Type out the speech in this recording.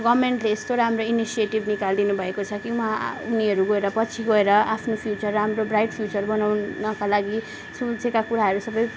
गभर्मेन्टले यस्तो राम्रो इनिसिएटिभ निकाली दिनुभएको छ उँहा उनीहरू गएर पछि गएर आफ्नो फ्युचर राम्रो ब्राइट फ्युचर बनाउनको लागि सोचेका कुराहरू सबै